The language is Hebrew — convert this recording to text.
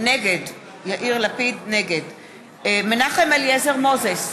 נגד מנחם אליעזר מוזס,